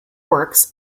works